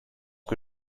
que